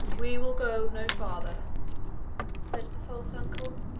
we will go no farther said the false uncle.